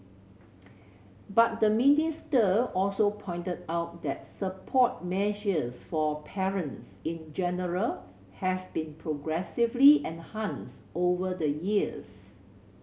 but the minister also pointed out that support measures for parents in general have been progressively enhanced over the years